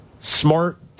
smart